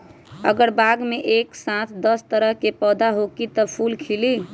अगर बाग मे एक साथ दस तरह के पौधा होखि त का फुल खिली?